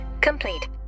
complete